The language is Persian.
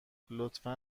لطفا